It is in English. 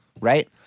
right